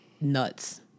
nuts